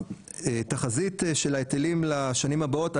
התחזית של ההיטלים לשנים הבאות,